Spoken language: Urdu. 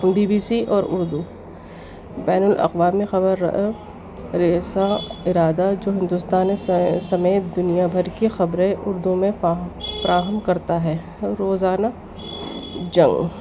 بی بی سی اور اردو بین الاقوامی خبر رساں ارادہ جو ہندوستانی سمیت دنیا بھر کی خبریں اردو میں فراہم کرتا ہے روزانہ جنگ